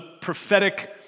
prophetic